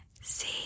see